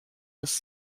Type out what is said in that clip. ist